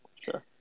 Sure